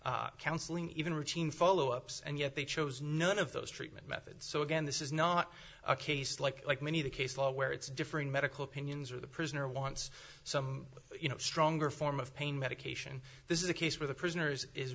psychotherapy counseling even routine follow ups and yet they chose none of those treatment methods so again this is not a case like like many the case law where it's differing medical opinions or the prisoner wants some you know stronger form of pain medication this is a case where the prisoners is